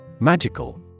Magical